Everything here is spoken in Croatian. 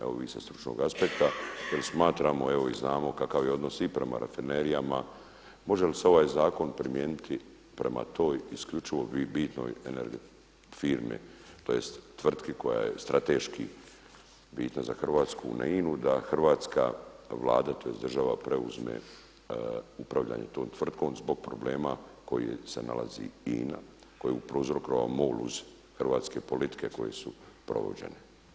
Evo vi sa stručnog aspekta jer smatramo evo i znamo kakav je odnos i prema rafinerijama, može li se ovaj zakon primijeniti prema toj, isključivo bitnoj firmi, tj. tvrtki koja je strateški bitna za Hrvatsku na INA da Hrvatska Vlada, tj. država preuzme upravljanje tom tvrtkom zbog problema u kojem se nalazi INA, koji je prouzrokovao MOL uz hrvatske politike koje su provođene.